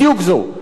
בדיוק זאת.